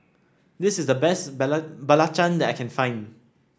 this is the best Belacan that I can find